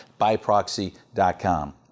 byproxy.com